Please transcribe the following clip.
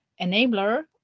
enabler